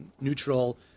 neutral